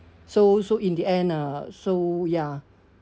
so so in the end lah so ya